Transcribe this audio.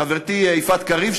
חברתי יפעת קריב,